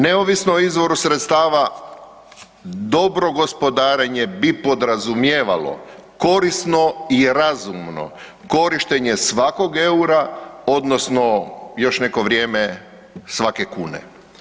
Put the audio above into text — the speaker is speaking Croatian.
Neovisno o izvoru sredstava, dobro gospodarenje bi podrazumijevalo korisno i razumno korištenje svakog eura, odnosno još neko vrijeme svake kune.